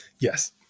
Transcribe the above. Yes